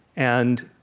and